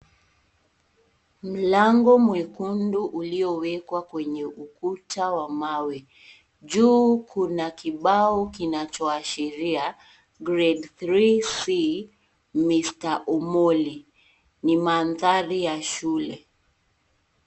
Mlango mwekundu uliowekwa kwenye ukuta wa mawe, juu kuna kibao kinachoashiria, Grade 3c,Mr Omoli. Ni mandhari ya shule.